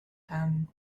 them